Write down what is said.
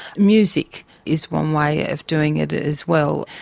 music is one way of doing it as well,